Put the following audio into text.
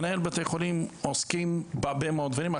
מנהלי בתי חולים עוסקים בהרבה מאוד דברים,